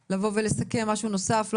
משהו לבוא ולסכם משהו נוסף?